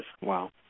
Wow